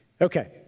Okay